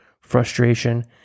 frustration